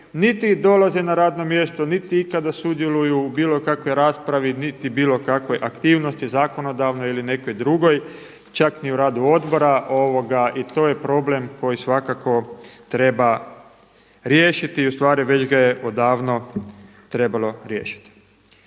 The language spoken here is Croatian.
niti dolaze na radno mjesto niti ikada sudjeluju u bilo kakvoj raspravi niti bilo kakvoj aktivnosti zakonodavnoj ili nekoj drugoj, čak ni u radu odbora. I to je problem koji svakako treba riješiti i ustvari već ga je odavno trebalo riješiti.